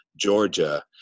Georgia